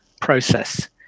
process